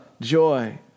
joy